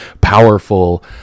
powerful